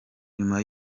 nyuma